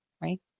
right